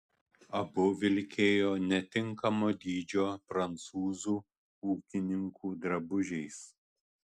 abu vilkėjo netinkamo dydžio prancūzų ūkininkų drabužiais